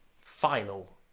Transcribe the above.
Final